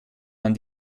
man